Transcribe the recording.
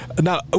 Now